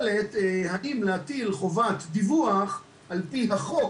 שעסק בנושא של האם להטיל חובת דיווח על פי החוק,